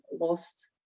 lost